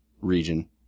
region